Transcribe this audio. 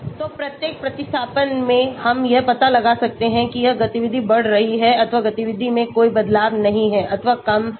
तो प्रत्येक प्रतिस्थापन में हम यह पता लगा सकते हैं कि यह गतिविधि बढ़ रही हैअथवा गतिविधि में कोई बदलाव नहीं है अथवा कम है